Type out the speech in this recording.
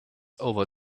over